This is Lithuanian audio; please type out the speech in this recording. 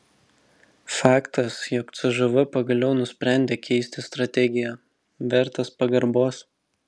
faktas jog cžv pagaliau nusprendė keisti strategiją vertas pagarbos